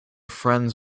friends